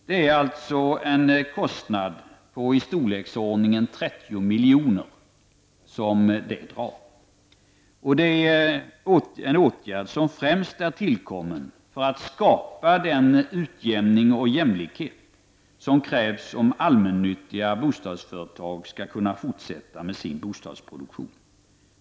Det är alltså en kostnad i storleksordningen 30 miljoner. Det är en åtgärd som främst är tillkommen för att man skall skapa den utjämning och jämlikhet som krävs om allmännyttiga bostadsföretag skall kunna fortsätta med sin bostadsproduktion.